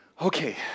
Okay